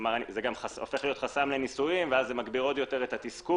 זה הופך להיות חסם לנישואים וזה מגביר עוד יותר את התסכול